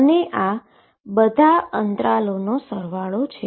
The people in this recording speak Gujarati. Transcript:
અને આ બધા ઈન્ટરવલનો સરવાળો છે